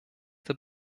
der